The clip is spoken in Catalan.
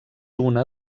una